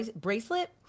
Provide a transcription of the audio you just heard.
bracelet